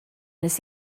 nes